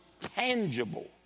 tangible